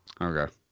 Okay